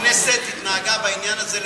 הכנסת התנהגה בעניין הזה למופת.